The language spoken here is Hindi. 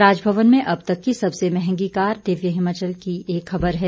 राजभवन में अब तक की सबसे मंहगी कार दिव्य हिमाचल की एक ख़बर है